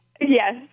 Yes